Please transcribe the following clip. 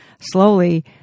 slowly